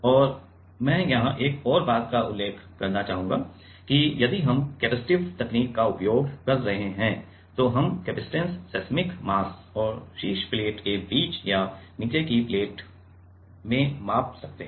और मैं यहां एक और बात का उल्लेख करना चाहूंगा कि यदि हम कैपेसिटिव तकनीक का उपयोग कर रहे हैं तो हम कपसिटंस सेस्मिक मास और शीर्ष प्लेट के बीच या नीचे की प्लेट में माप सकते हैं